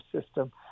system